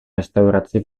restauraci